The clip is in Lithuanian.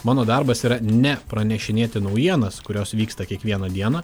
mano darbas yra ne pranešinėti naujienas kurios vyksta kiekvieną dieną